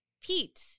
Pete